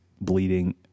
bleeding